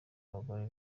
abagore